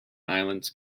islands